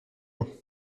mains